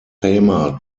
famer